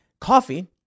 coffee